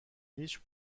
هیچ